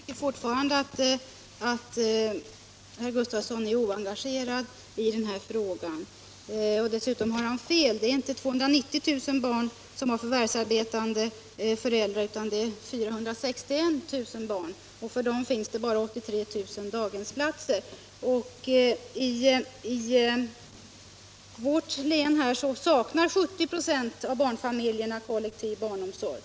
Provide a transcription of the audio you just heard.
Herr talman! Jag tycker fortfarande att herr Gustavsson är oengagerad i denna fråga. Dessutom har herr Gustavsson fel. Det är inte 290 000 barn som har förvärvsarbetande föräldrar utan det är. 461 000 barn, och för dem finns bara 83 000 daghemsplatser. I Stockholms län saknar 70 926 av barnfamiljerna kollektiv barnomsorg.